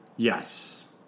Yes